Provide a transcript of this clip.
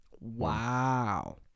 Wow